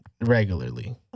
regularly